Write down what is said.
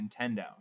Nintendo